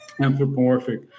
anthropomorphic